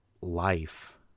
life